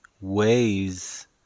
ways